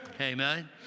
amen